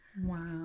Wow